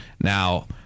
Now